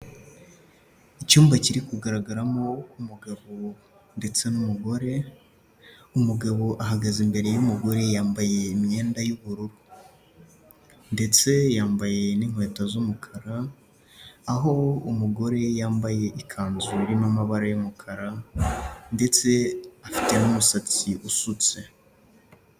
Icyumba kiri kugaragaramo umugabo ndetse n'umugore, umugabo ahagaze imbere y'umugore yambaye imyenda y'ubururu ndetse yambaye n'inkweto z'umukara, aho umugore yambaye ikanzu irimo amabara y'umukara ndetse afite n'umusatsi usutse.